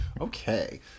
Okay